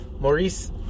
Maurice